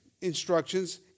instructions